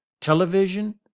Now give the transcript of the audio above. television